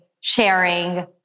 sharing